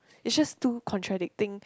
it's just too contradicting